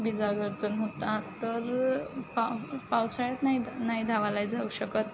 विजा होतात तर पावसाळ्यात नाही द नाही धावायला जाऊ शकत